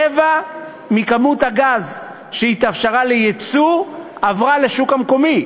רבע מכמות הגז שהתאפשרה לייצוא עברה לשוק המקומי,